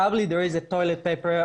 Someone has taken an unburied shit